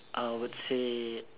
I would say